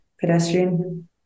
pedestrian